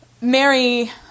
Mary